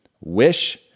Wish